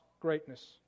greatness